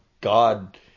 God